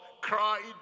cried